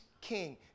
king